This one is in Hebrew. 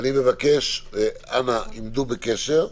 אני מבקש שתעמדו בקשר,